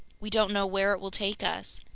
we don't know where it will take us!